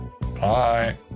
Bye